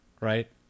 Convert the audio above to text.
Right